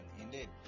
indeed